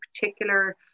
particular